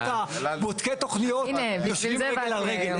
את בודקי התוכניות יושבים רגל על רגל.